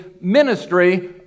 ministry